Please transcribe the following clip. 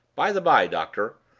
by-the-bye, doctor,